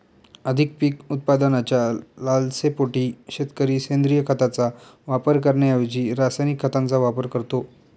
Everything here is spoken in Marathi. अधिक पीक उत्पादनाच्या लालसेपोटी शेतकरी सेंद्रिय खताचा वापर करण्याऐवजी रासायनिक खतांचा वापर करतो